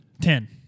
Ten